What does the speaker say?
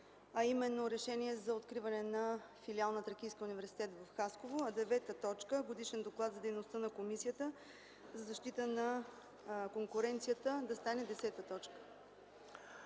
а именно Решение за откриване на филиал на Тракийския университет в Хасково, а девета точка – Годишен доклад за дейността на Комисията за защита на конкуренцията, да стане десета точка.